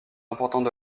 importante